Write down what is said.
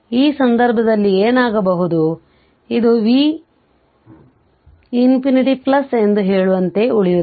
ಈ ಸಂದರ್ಭದಲ್ಲಿ ಏನಾಗಬಹುದು ಇದು v ∞ ಎಂದು ಹೇಳುವಂತೆಯೇ ಉಳಿಯುತ್ತದೆ